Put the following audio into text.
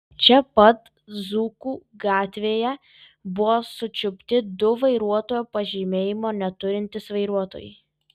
čia pat dzūkų gatvėje buvo sučiupti du vairuotojo pažymėjimo neturintys vairuotojai